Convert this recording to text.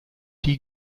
die